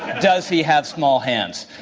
does he have small hands?